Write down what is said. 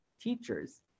teachers